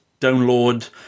download